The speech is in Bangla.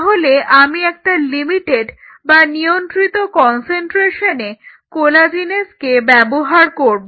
তাহলে আমি একটা লিমিটেড বা নিয়ন্ত্রিত কন্সেন্ট্রেশনে কোলাজিনেজকে ব্যবহার করব